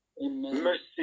Mercy